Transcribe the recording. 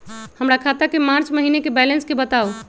हमर खाता के मार्च महीने के बैलेंस के बताऊ?